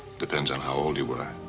depends on how old you were.